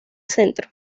centro